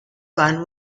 fund